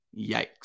Yikes